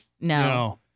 No